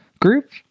group